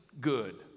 good